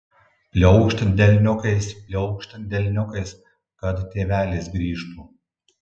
pliaukšt delniukais pliaukšt delniukais kad tėvelis grįžtų